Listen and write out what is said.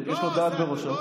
אם יש לו דעת בראשו,